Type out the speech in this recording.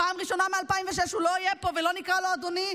פעם ראשונה מ-2006 הוא לא יהיה פה ולא נקרא לו "אדוני",